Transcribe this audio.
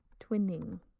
Twinning